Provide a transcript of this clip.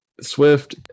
Swift